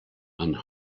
and